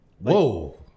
Whoa